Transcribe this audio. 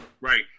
Right